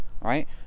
right